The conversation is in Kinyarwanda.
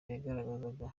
yagaragazaga